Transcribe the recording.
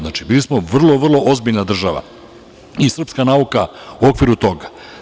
Znači, bili smo vrlo, vrlo ozbiljna država i srpska nauka u okviru toga.